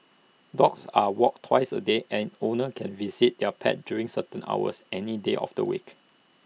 dogs are walked twice A day and owners can visit their pets during certain hours any day of the week